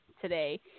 Today